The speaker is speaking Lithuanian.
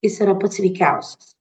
jis yra pats sveikiausias